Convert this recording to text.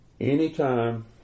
Anytime